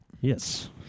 Yes